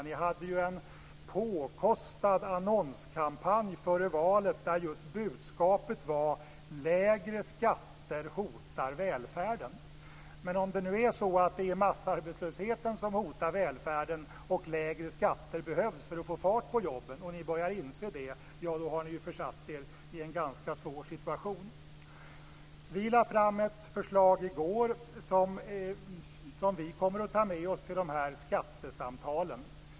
Ni hade ju en påkostad annonskampanj före valet där budskapet var: Lägre skatter hotar välfärden. Men om det nu är så att det är massarbetslösheten som hotar välfärden och att lägre skatter behövs för att få fart på jobben, och att ni börjar inse det, då har ni försatt er i en ganska svår situation. Vi lade fram ett förslag i går som vi kommer att ta med oss till de här skattesamtalen.